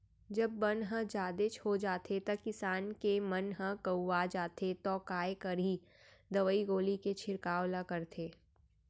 जब बन ह जादेच हो जाथे त किसान के मन ह कउवा जाथे तौ काय करही दवई गोली के छिड़काव ल करथे